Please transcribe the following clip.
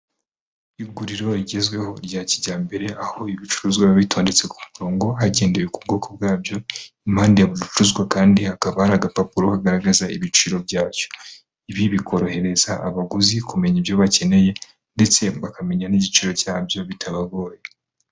Iguriro rigezweho rya kijyambere, aho ibicuruzwa biba bitondetse ku murongo hagendewe ku bwoko bwabyo, impande ya buri gicuruzwa kandi hakaba hari agapapuro kagaragaza ibiciro byacyo. Ibi bikorohereza abaguzi kumenya ibyo bakeneye ndetse bakamenya n'igiciro cyabyo bitabagoye.